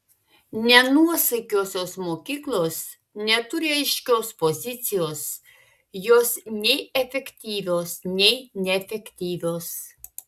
nenuosaikiosios mokyklos neturi aiškios pozicijos jos nei efektyvios nei neefektyvios